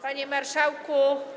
Panie Marszałku!